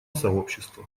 сообщества